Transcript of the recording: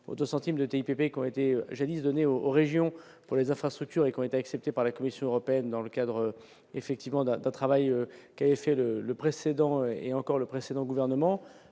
de TIPP qu'ont été jadis donné aux régions pour les infrastructures et qui ont été acceptées par la Commission européenne dans le cadre effectivement d'un travail qui a essayé de le précédent, et encore, le précédent gouvernement,